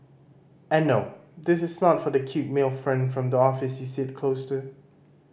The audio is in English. and no this is not for that cute male friend from the office you sits close to